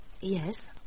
Yes